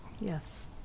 Yes